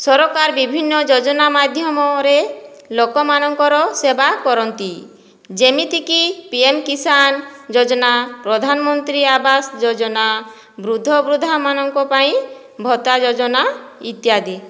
ସରକାର ବିଭିନ୍ନ ଯୋଜନା ମାଧ୍ୟମରେ ଲୋକମାନଙ୍କର ସେବାକରନ୍ତି ଯେମିତିକି ପି ଏମ କିଷାନ ଯୋଜନା ପ୍ରଧାନମନ୍ତ୍ରୀ ଆବାସ ଯୋଜନା ବୃଦ୍ଧବୃଦ୍ଧାମାନଙ୍କ ପାଇଁ ଭତ୍ତା ଯୋଜନା ଇତ୍ୟାଦି